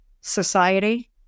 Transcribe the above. society